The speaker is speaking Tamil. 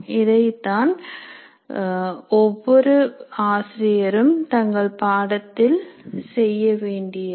இதைத்தான் ஒவ்வொரு ஆசிரியரும் தங்கள் பாடத்தில் செய்யவேண்டியது